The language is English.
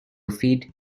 feed